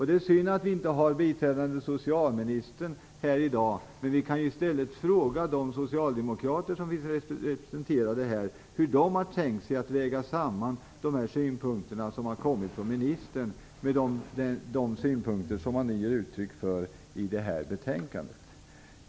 Det är synd att vi inte har biträdande socialministern här i dag, men vi kan i stället fråga de socialdemokrater som finns här hur de har tänkt sig att väga samman de synpunkter som har kommit från ministern med de synpunkter som man ger uttryck för i betänkandet. Herr talman!